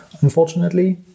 unfortunately